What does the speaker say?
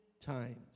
times